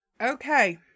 Okay